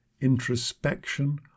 introspection